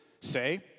Say